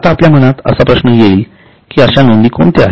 आता आपल्या मनात असा प्रश्न येईल की अशा नोंदी कोणत्या आहेत